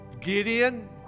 Gideon